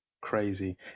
crazy